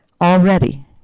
already